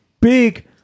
big